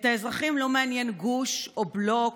את האזרחים לא מעניין גוש או בלוק,